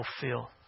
fulfill